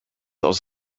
aus